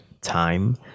time